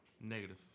Negative